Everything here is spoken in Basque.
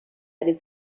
ari